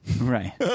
Right